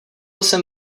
jsem